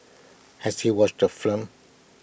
has he watched the film